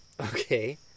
Okay